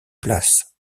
place